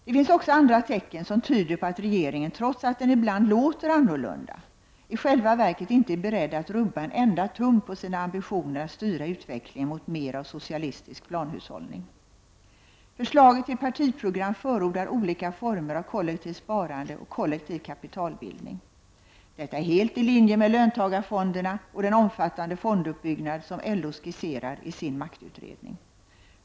Det finns också andra tecken som tyder på att regeringen, trots att den ibland låter annorlunda, i själva verket inte är beredd att rubba en enda tum på sina ambitioner att styra utvecklingen mot mer av socialistisk planhushållning. I förslaget till partiprogram förordas olika former av kollektivt sparande och kollektiv kapitalbildning. Detta är helt i linje med löntagarfonderna och den omfattande fonduppbyggnad som LO skisserar i sin maktutredning.